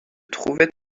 trouvait